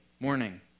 Morning